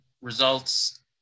Results